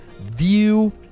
view